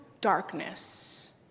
darkness